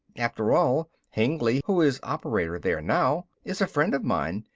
after all hengly, who is operator there now, is a friend of mine.